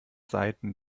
seiten